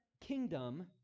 kingdom